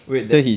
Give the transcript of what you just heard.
wait the